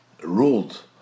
ruled